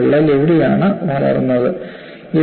വിള്ളൽ എവിടെയാണ് വളർന്നത്